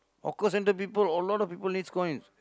hawker centre people a lot of people needs coins